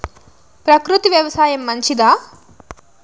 ప్రకృతి వ్యవసాయం మంచిదా?